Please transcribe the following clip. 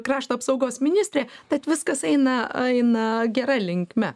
krašto apsaugos ministrė tad viskas eina eina gera linkme